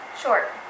Short